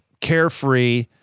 carefree